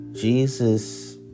Jesus